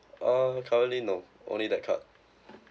uh currently no only that card